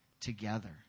together